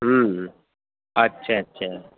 اچھا اچھا